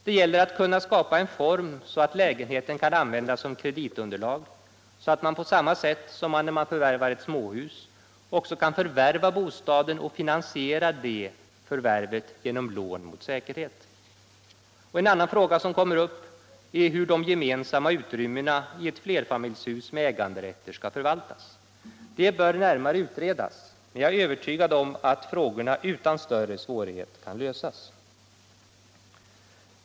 Det gäller att skapa en form för att använda lägenheten som kreditunderlag, så att man på samma sätt som när man förvärvar småhus kan förvärva bostaden och finansiera köpet genom lån mot säkerhet. En annan fråga som kommer upp är hur de gemensamma utrymmena i ett flerfamiljshus med äganderätter skall förvaltas. Det bör närmare utredas, men jag är övertygad om att problemet utan större svårigheter kan lösas.